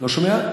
לא שומע,